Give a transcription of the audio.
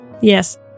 yes